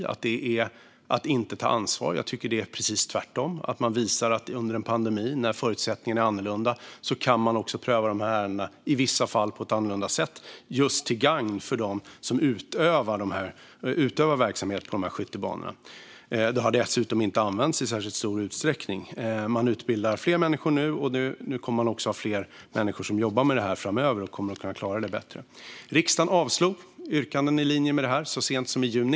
Jag tycker att det är tvärtom: Under en pandemi, när man kan visa att förutsättningarna är annorlunda, kan man också i vissa fall pröva ärendena på ett annorlunda sätt, just till gagn för dem som utövar verksamhet på skyttebanorna. Det har dessutom inte använts i särskilt stor utsträckning. Man utbildar nu fler, och man kommer också att ha fler som jobbar med detta framöver, och då kommer man att kunna klara det bättre. Riksdagen avslog yrkanden i linje med detta så sent som i juni.